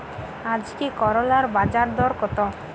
আজকে করলার বাজারদর কত?